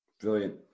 brilliant